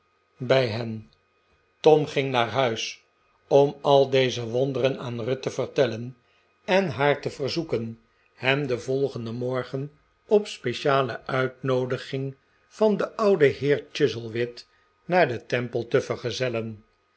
functie hen tom ging naar huis om al deze wonderen aan ruth te vertellen en haar te verzoeken hem den volgenden morgen op speciale uitnoodiging van den ouden heer chuzzlewit naar den temple te vergezellen